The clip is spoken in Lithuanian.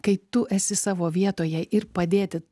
kai tu esi savo vietoje ir padėti